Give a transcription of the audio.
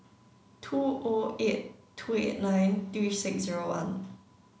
two O eight two eight nine three six zero one